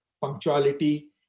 punctuality